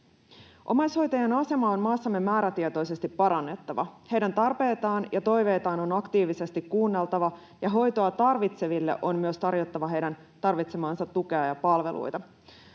Omaishoitajan asemaa on maassamme määrätietoisesti parannettava. Heidän tarpeitaan ja toiveitaan on aktiivisesti kuunneltava, ja hoitoa tarvitseville on myös tarjottava heidän tarvitsemaansa tukea ja palveluita.